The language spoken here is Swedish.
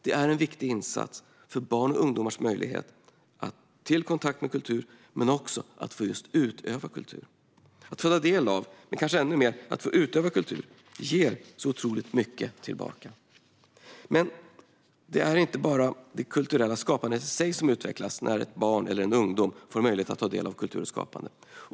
Det är en viktig insats för barn och ungdomars möjlighet till kontakt med kultur och också att få utöva kultur. Att få ta del av, men kanske ännu mer att få utöva, kultur ger otroligt mycket tillbaka. Det är dock inte bara det kulturella skapandet i sig som utvecklas när ett barn eller en ungdom får möjlighet att ta del av kultur och skapande.